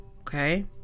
Okay